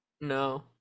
no